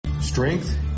Strength